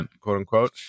quote-unquote